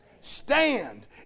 Stand